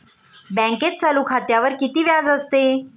बँकेत चालू खात्यावर किती व्याज असते?